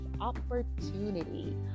opportunity